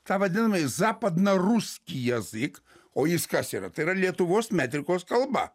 tą vadinamąjį zapadna ruskij jazyk o jis kas yra tai yra lietuvos metrikos kalba